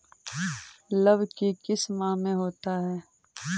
लव की किस माह में होता है?